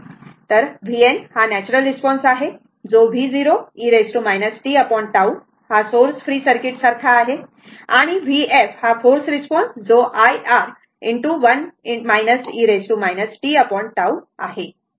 तर vn हा natural response आहे जो v0 e tT हा सोर्स फ्री सर्किट सारखा आहे आणि vf फोर्स रिस्पॉन्स जो I R 1 e tT आहे